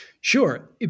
Sure